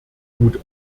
gut